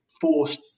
forced